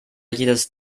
jedes